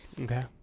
Okay